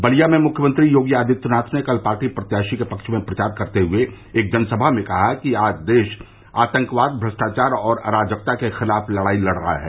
बलिया में मुख्यमंत्री योगी आदित्यनाथ ने कल पार्टी प्रत्याशी के पक्ष में प्रचार करते हुए एक जनसभा में कहा कि आज देश आतंकवाद भ्रष्टाचार और अराजकता के खिलाफ लड़ाई लड़ रहा है